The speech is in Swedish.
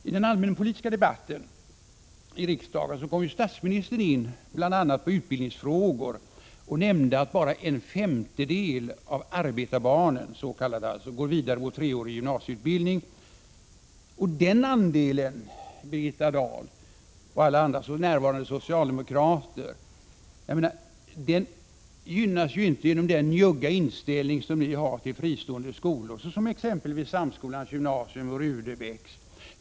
I den allmänpolitiska debatten kom statsministern bl.a. in på utbildningsfrågor och nämnde att bara en femtedel av de s.k. arbetarbarnen går vidare mot treårig gymnasieutbildning. Den andelen, Birgitta Dahl och alla andra närvarande socialdemokrater, ökar givetvis inte genom den njugga inställning som ni har till fristående skolor såsom exempelvis Samskolans gymnasium och Rudebecks.